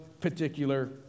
particular